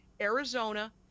Arizona